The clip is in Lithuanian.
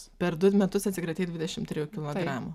per du metus atsikratei dvidešimt trijų kilogramų